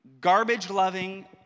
garbage-loving